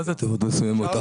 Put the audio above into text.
מה זה הטבות מסוימות?